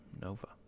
Nova